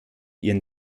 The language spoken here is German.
ihren